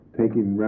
taking